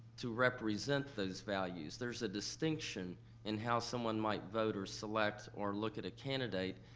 to represent those values. there's a distinction in how someone might vote or select or look at a candidate.